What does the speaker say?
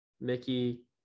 Mickey